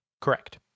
Correct